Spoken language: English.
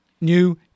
new